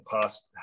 past